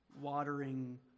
watering